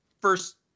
First